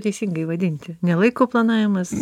teisingai vadinti ne laiko planavimas